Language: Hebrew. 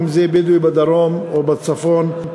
אם זה בדואי בדרום או בצפון,